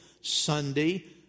Sunday